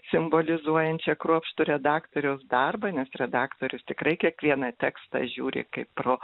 simbolizuojančią kruopštų redaktoriaus darbą nes redaktorius tikrai į kiekvieną tekstą žiūri kaip pro